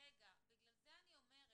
רגע, בגלל זה אני אומרת